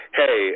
hey